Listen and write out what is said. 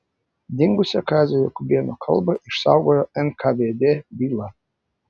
dingusią kazio jakubėno kalbą išsaugojo nkvd byla